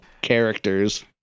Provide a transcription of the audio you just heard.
characters